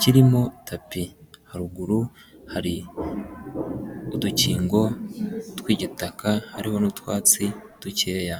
kirimo tapi, haruguru hari udukingo tw'igitaka, hariho n'utwatsi dukeya.